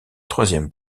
troisième